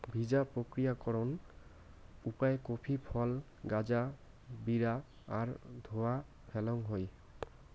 ভিজা প্রক্রিয়াকরণ উপায় কফি ফল গাঁজা বিরা আর ধুইয়া ফ্যালাং হই